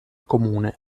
comune